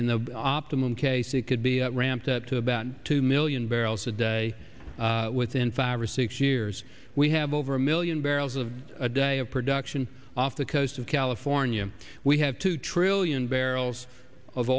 in the optimum case it could be ramped up to about two million barrels a day within five or six years we have over a million barrels a day of production off the coast of california we have two trillion barrels of